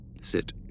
Sit